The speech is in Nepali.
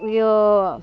यो